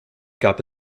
gab